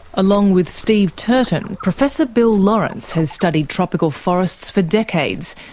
along with steve turton, professor bill laurance has studied tropical forests for decades,